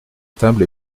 table